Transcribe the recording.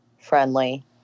friendly